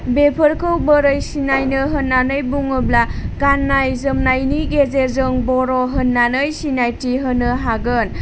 बेफोरखौ बोरै सिनायनो होननानै बुङोब्ला गाननाय जोमनायनि गेजेरजों बर' होननानै सिनायथि होनो हागोन